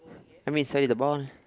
I mean sorry the ball